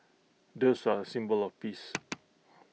doves are A symbol of peace